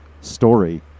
story